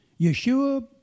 Yeshua